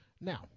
Now